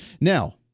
Now